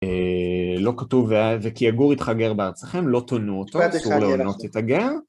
לא כתוב, וכי יגור איתך גר בארצכם, לא תונו אותו, אסור להונות את הגר.